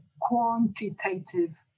quantitative